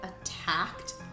attacked